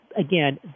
again